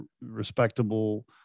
respectable